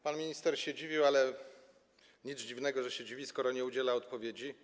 Pan minister się dziwi, ale nic dziwnego, że się dziwi, skoro nie udziela odpowiedzi.